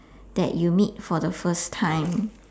that you meet for the first time